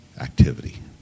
activity